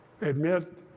admit